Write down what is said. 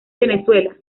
venezuela